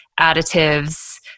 additives